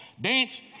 Dance